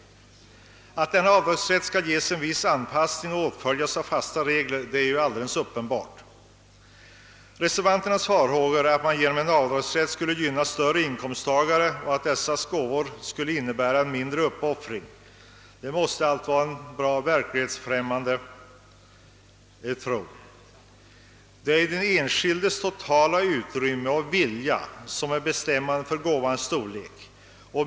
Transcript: Att denna måste anpassas till fasta regler är alldeles uppenbart. Reservanternas farhågor går ut på att avdragsrätten skulle gynna större inkomsttagare, och dessas gåvor skulle innebära en mindre uppoffring. Detta är en mycket verklighetsfrämmande tro. Det är ju den enskildes totala förmåga och vilja som är bestämmande för gåvans storlek.